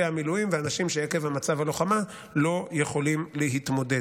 המילואים ואנשים שעקב מצב הלוחמה לא יכולים להתמודד.